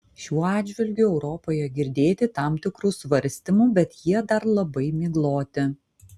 šiuo atžvilgiu europoje girdėti tam tikrų svarstymų bet jie dar labai migloti